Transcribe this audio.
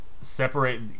separate